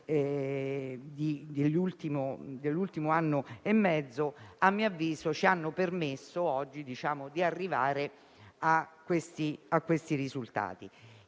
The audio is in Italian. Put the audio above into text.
dell'ultimo anno e mezzo, a mio avviso, ci hanno permesso di arrivare a questi risultati.